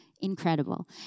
Incredible